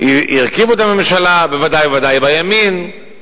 הרכיבו את הממשלה, בוודאי ובוודאי בימין.